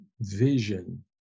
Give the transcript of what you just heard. vision